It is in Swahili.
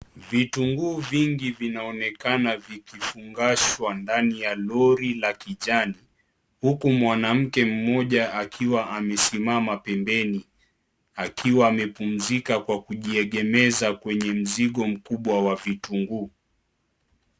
Vitunguu vingi vinaonekana vikifungashwa ndani ya lori la kijani. Huku mwanamke mmoja akiwa amesimama pembeni. Akiwa amepumzika kwa kujiegemeza kwenye mzigo mkubwa wa vitunguu.